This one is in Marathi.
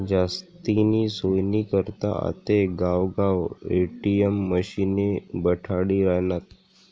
जास्तीनी सोयनी करता आते गावगाव ए.टी.एम मशिने बठाडी रायनात